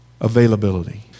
availability